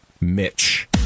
Mitch